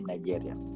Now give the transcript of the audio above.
Nigeria